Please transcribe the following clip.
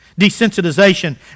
Desensitization